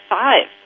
five